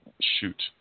Shoot